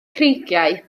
creigiau